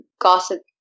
gossip